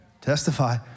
Testify